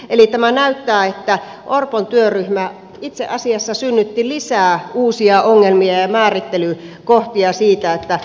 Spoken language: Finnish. eli tämä näyttää että orpon työryhmä itse asiassa synnytti lisää uusia ongelmia ja määrittelykohtia siitä miten tässä mennään